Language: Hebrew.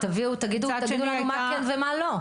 רק תביאו, תגידו לנו מה כן ומה לא.